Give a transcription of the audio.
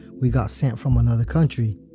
we got sent from another country